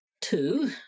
two